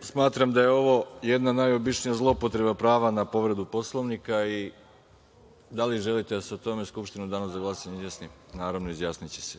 smatram da je ovo jedna najobičnija zloupotreba prava na povredu Poslovnika. Da li želite da se o tome Skupština u danu za glasanje izjasni? Naravno, izjasniće se.